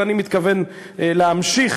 ואני מתכוון להמשיך,